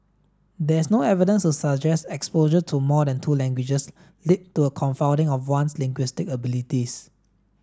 there is no evidence to suggest exposure to more than two languages leads to a confounding of one's linguistic abilities